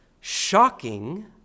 shocking